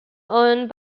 owned